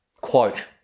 Quote